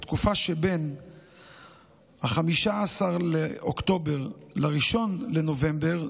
בתקופה שבין 15 באוקטובר ל-1 בנובמבר,